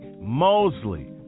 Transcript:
Mosley